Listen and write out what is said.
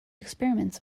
experiments